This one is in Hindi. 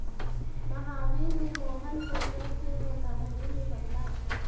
महावीर ने मोहन को चेक के धोखाधड़ी में पकड़ा